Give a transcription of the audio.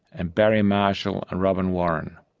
and barry marshall and robin warren.